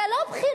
זו לא בחירה,